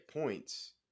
points